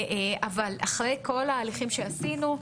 אבל אחרי כל ההליכים שעשינו,